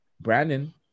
Brandon